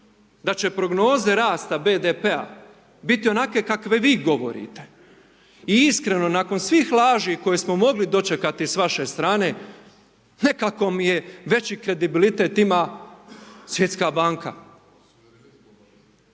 da će prognoze rasta BDP-a biti onakve kakve vi govorite. I iskreno nakon svih laži koje smo mogli dočekati s vaše strane, nekako mi je veći kredibilitet ima Svjetska banka.